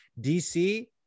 DC